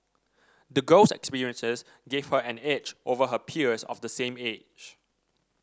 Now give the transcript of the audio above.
the girl's experiences gave her an edge over her peers of the same age